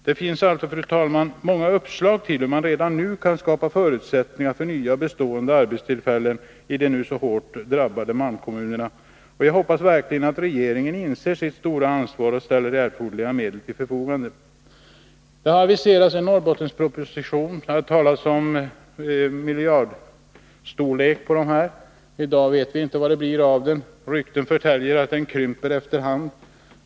Det finns alltså, fru talman, många uppslag till hur man redan nu kan skapa förutsättningar för nya bestående arbetstillfällen i de så hårt drabbade malmkommunerna. Jag hoppas verkligen att regeringen inser sitt stora ansvar och ställer erforderliga medel till förfogande. Det har aviserats en Norrbottensproposition, det har talats om satsningar av miljardbelopp. I dag vet vi inte vad det blir av det. Rykten förtäljer att förslagen krymper efter hand.